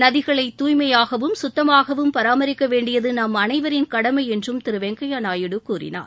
நதிகளை தூய்மையாகவும் கத்தமாகவும் பராமரிக்கவேண்டியது நம் அனைவரின் கடமை என்றும் திரு வெங்கைய்யா நாயுடு கூறினார்